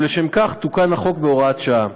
ולשם כך תוקן החוק בהוראת שעה.